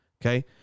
Okay